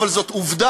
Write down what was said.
אבל זאת עובדה.